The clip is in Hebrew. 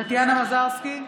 טטיאנה מזרסקי,